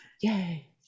Yay